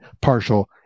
partial